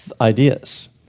ideas